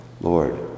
Lord